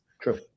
True